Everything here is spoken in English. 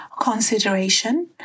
consideration